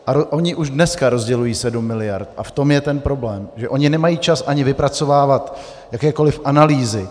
A oni už dneska rozdělují 7 miliard a v tom je ten problém, že oni nemají čas ani vypracovávat jakékoliv analýzy.